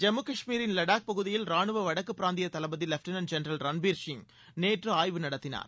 ஜம்மு காஷ்மீரின் வடாக் பகுதியில் ரானுவ வடக்கு பிராந்திய தளபதி வெப்டினன்ட் ஜென்ரல் ரன்பீர் சிங் நேற்று ஆய்வு நடத்தினார்